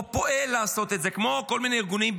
או פועל לעשות את זה, כמו כל מיני ארגונים,